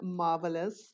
marvelous